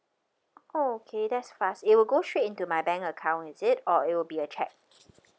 oh okay that's fast it will go straight into my bank account is it or it will be a cheque